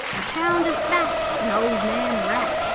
a pound of fat, an old man rat,